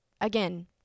again